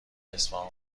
اصفهان